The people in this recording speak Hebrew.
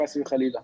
חס וחלילה.